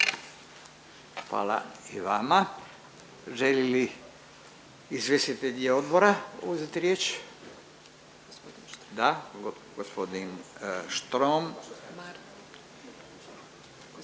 Hvala i vama. Žele li izvjestitelji odbora uzeti riječ? Da, g. Štromar